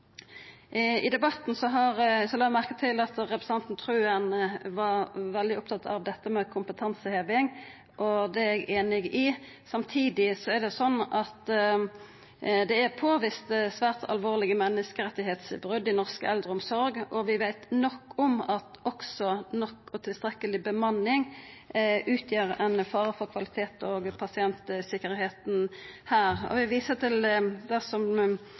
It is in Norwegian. la eg merke til at representanten Wilhelmsen Trøen var veldig opptatt av kompetanseheving, og det er eg einig i. Samtidig er det påvist svært alvorlege menneskerettsbrot i norsk eldreomsorg, og vi veit nok om at også det å ikkje ha tilstrekkeleg bemanning utgjer ein fare for kvaliteten og pasientsikkerheita. Vi viser til det som